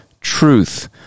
truth